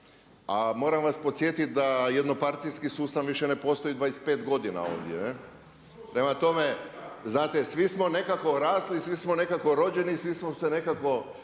a moram vas podsjetiti da jednopartijski sustav više ne postoji 25 godina ovdje. Prema tome, znate svi smo nekako rasli, svi smo nekako rođeni, svi smo se nekako